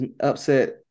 upset